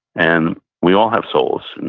and we all have souls. and